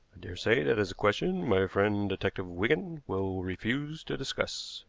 daresay that is a question my friend detective wigan will refuse to discuss,